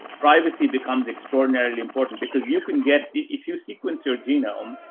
privacy becomes extraordinarily important because you can get, if you sequence your genome,